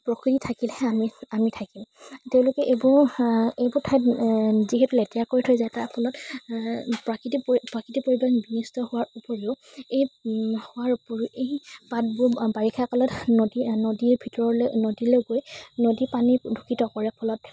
প্ৰকৃতি থাকিলেহে আমি আমি থাকিম তেওঁলোকে এইবোৰ এইবোৰ ঠাইত যিহেতু লেতেৰা কৰি থৈ যায় তাৰ ফলত প্ৰাকৃতিক পৰি প্ৰাকৃতিক পৰিৱেশ বিনিষ্ট হোৱাৰ উপৰিও এই হোৱাৰ উপৰিও এই পাতবোৰ বাৰিষা কালত নদী নদীৰ ভিতৰলে নদীলৈ গৈ নদীৰ পানী দূষিত কৰে ফলত